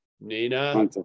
Nina